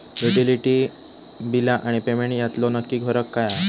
Utility बिला आणि payment यातलो नक्की फरक काय हा?